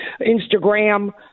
instagram